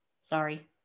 sorry